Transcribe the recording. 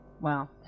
Wow